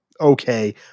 okay